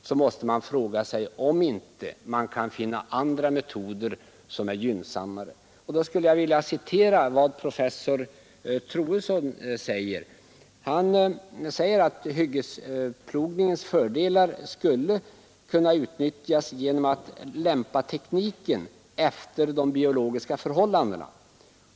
Då måste man fråga sig om det inte går att finna andra metoder som är gynnsammare. Jag vill citera vad professor Troedsson säger: ”Hyggesplogningens fördelar skulle i stället utnyttjas genom att lämpa tekniken efter de biologiska förhållandena.